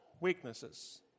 Weaknesses